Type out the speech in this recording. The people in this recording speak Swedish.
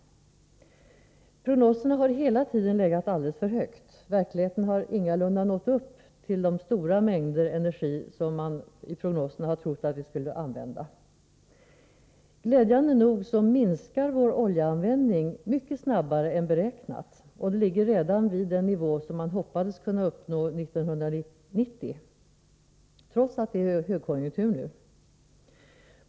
Prognoserna har hela tiden legat alldeles för högt. I verkligheten har förbrukningen ingalunda nått upp till de stora mängder som man har räknat med i prognoserna. Glädjande nog minskar vår oljeanvändning mycket snabbare än beräknat och ligger redan vid den nivå som man hoppades kunna uppnå 1990, trots att det är högkonjunktur nu.